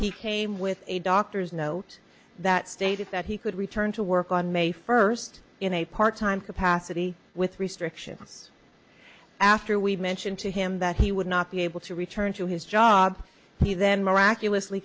he came with a doctor's note that stated that he could return to work on may first in a part time capacity with restrictions after we mentioned to him that he would not be able to return to his job he then miraculously